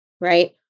right